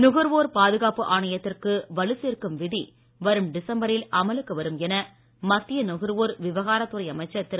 நுகர்வோர் பாதுகாப்பு ஆணையத்திற்கு வலு சேர்க்கும் விதி வரும் டிசம்பரில் அமலுக்கு வரும் என மத்திய நுகர்வோர் விவகாரத்துறை அமைச்சர் திரு